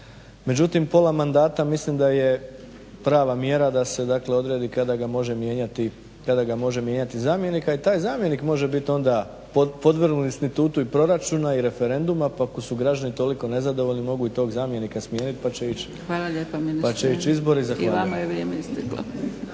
Međutim pola mandata mislim da je prava mjera da se dakle odredi kada ga može mijenjati zamjenik, a i taj zamjenik može biti onda podvrgnut institutu i proračuna i referenduma, pa ako su građani toliko nezadovoljni mogu i tog zamjenika smijeniti, pa će ići izbori. Zahvaljujem.